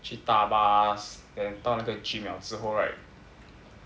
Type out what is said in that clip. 去打 bus then 到那个 gym 了之后 right